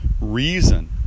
Reason